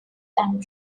and